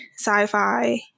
sci-fi